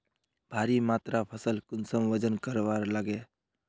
भारी मात्रा फसल कुंसम वजन करवार लगे?